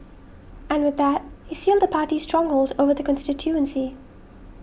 and with that he sealed the party's stronghold over the constituency